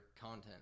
content